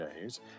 days